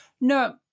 no